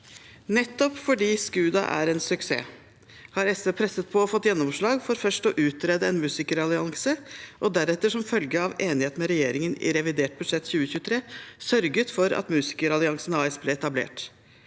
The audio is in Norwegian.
Nettopp fordi SKUDA er en suksess, har SV presset på og fått gjennomslag for først å utrede en musikerallianse og deretter, som følge av enighet med regjeringen i revidert budsjett 2023, sørget for at Musikeralliansen AS ble etablert.